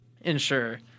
ensure